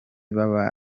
baba